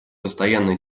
постоянно